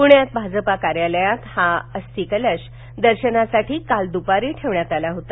पुण्यात Bhajapa कार्यालयात हा अस्थिकलश दर्शनासाठ काल दुपार ठेवण्यात आला होता